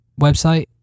Website